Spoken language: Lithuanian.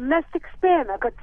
mes tik spėjome kad